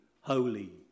holy